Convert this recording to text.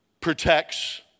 protects